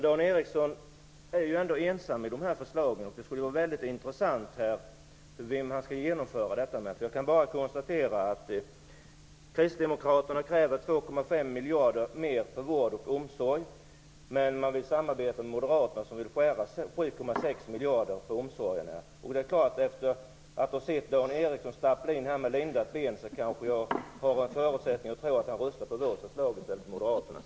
Dan Ericsson är ensam om dessa förslag. Det skulle vara väldigt intressant att se vem han skulle genomföra dem med. Jag kan bara konstatera att Kristdemokraterna kräver 2,5 miljarder mer till vård och omsorg, men man vill samarbeta med Moderaterna som vill skära 7,6 miljarder på omsorgen. Efter att ha sett Dan Ericsson stappla in i kammaren med lindat ben tror jag kanske att han röstar på vårt förslag i stället för på Moderaternas.